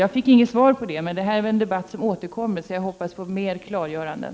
Jag fick inget svar på det, men detta är en debatt som återkommer, så jag hoppas på fler klargöranden.